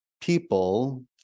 people